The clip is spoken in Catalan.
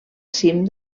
cim